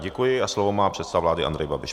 Děkuji a slovo má předseda vlády Andrej Babiš.